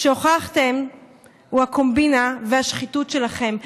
שהוכחתם הוא הקומבינה והשחיתות שלכם.